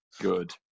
Good